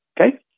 Okay